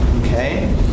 Okay